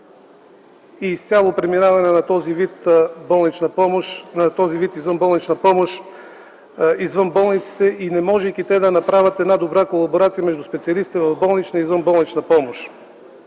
и изцяло преминаване на този вид извънболнична помощ извън болниците те не можеха да направят една добра колаборация между специалистите в болничната и извънболничната помощ.